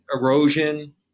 erosion